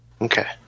Okay